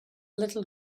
little